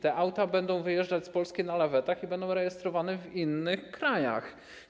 Te auta będą wyjeżdżać z Polski na lawetach i będą rejestrowane w innych krajach.